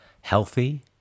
healthy